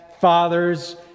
father's